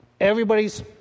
everybody's